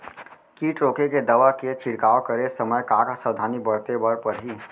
किट रोके के दवा के छिड़काव करे समय, का का सावधानी बरते बर परही?